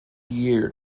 year